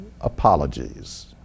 apologies